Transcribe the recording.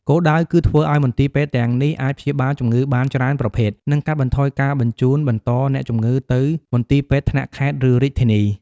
គោលដៅ គឺធ្វើឱ្យមន្ទីរពេទ្យទាំងនេះអាចព្យាបាលជំងឺបានច្រើនប្រភេទ និងកាត់បន្ថយការបញ្ជូនបន្តអ្នកជំងឺទៅមន្ទីរពេទ្យថ្នាក់ខេត្ត ឬរាជធានី។